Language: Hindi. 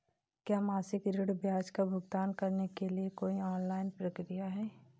क्या मासिक ऋण ब्याज का भुगतान करने के लिए कोई ऑनलाइन प्रक्रिया है?